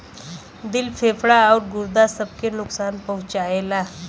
दिल फेफड़ा आउर गुर्दा सब के नुकसान पहुंचाएला